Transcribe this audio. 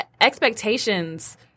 expectations